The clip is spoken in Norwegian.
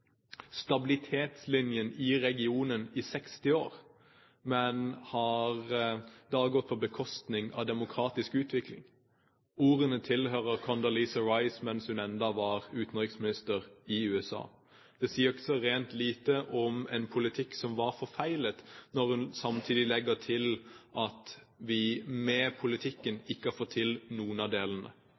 stabilitetslinjen i regionen i 60 år, men det har da gått på bekostning av demokratisk utvikling. Ordene tilhører Condoleezza Rice mens hun ennå var utenriksminister i USA. Det sier ikke så rent lite om en politikk som var forfeilet, når hun samtidig legger til at vi med politikken ikke har fått til noen av delene.